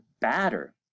batter